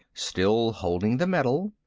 still holding the metal.